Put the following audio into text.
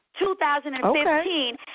2015